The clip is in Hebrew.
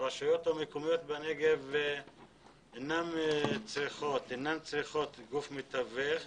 והנגב מצריך עבודה מאוד עקבית וקשה,